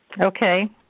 Okay